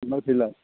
थांलाय फैलाय